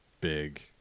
big